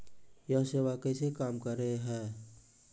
यह सेवा कैसे काम करै है?